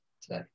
today